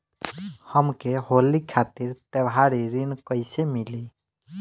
हमके होली खातिर त्योहारी ऋण कइसे मीली?